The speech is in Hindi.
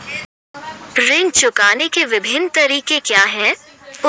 ऋण चुकाने के विभिन्न तरीके क्या हैं?